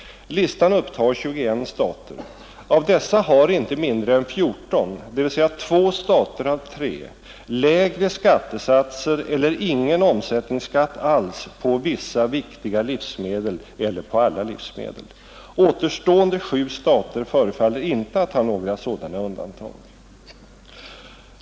Listan upptar 21 stater. Av dessa har inte mindre än 14, dvs. två stater av tre, lägre skattesatser eller ingen omsättningsskatt alls på vissa viktiga livsmedel eller på alla livsmedel. Återstående sju stater förefaller inte att ha några sådana undantag.